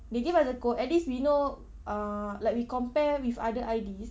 they give us a quote at least we know uh like we compare with other I_Ds